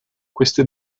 queste